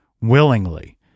willingly